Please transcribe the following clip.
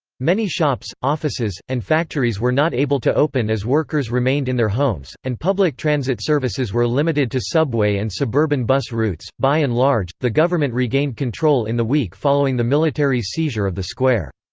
many shops, offices, and factories were not able to open as workers remained in their homes, and public transit services were limited to subway and suburban bus routes by and large, the government regained control in the week following the military's seizure of the square.